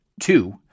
two